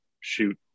shoot